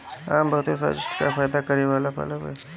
आम बहुते स्वादिष्ठ आ फायदा करे वाला फल हवे